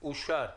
אושר.